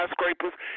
skyscrapers